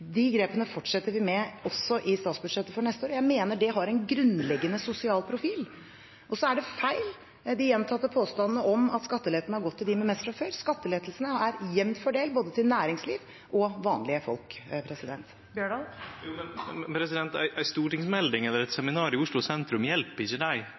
De grepene fortsetter vi med også i statsbudsjettet for neste år. Jeg mener det har en grunnleggende sosial profil. Så er det feil, de gjentatte påstandene om at skattelettene har gått til dem med mest fra før. Skattelettelsene er jevnt fordelt både til næringsliv og til vanlige folk. Fredric Holen Bjørdal – til oppfølgingsspørsmål. Jo, men ei stortingsmelding eller